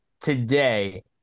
today